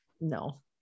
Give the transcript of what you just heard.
no